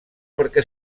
perquè